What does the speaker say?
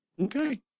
okay